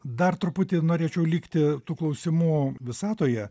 dar truputį norėčiau likti tų klausimų visatoje